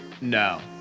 no